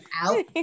out